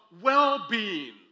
well-being